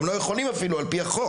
גם לא יכולים אפילו על פי החוק,